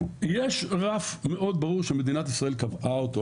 יש רף מאוד ברור שמדינת ישראל קבעה אותו,